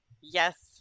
Yes